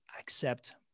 accept